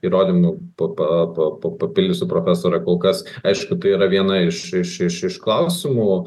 įrodymų pa pa papildysiu profesorę kol kas aišku tai yra viena iš iš iš klausimų